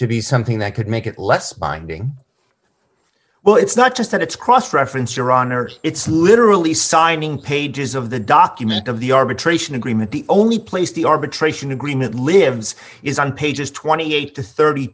to be something that could make it less binding well it's not just that it's cross reference iran or it's literally signing pages of the document of the arbitration agreement the only place the arbitration agreement lives is on pages twenty eight to thirty